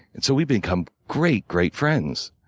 and so we've become great, great friends.